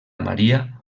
maria